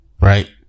Right